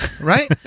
right